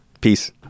Peace